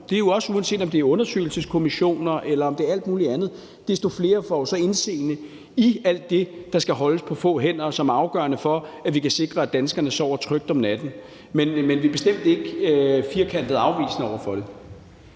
det er også, uanset om det er undersøgelseskommissioner eller det er alt muligt andet – desto flere får jo så indseende i alt det, der skal holdes på få hænder, og som er afgørende for, at vi kan sikre, at danskerne sover trygt om natten. Men vi er bestemt ikke firkantet afvisende over for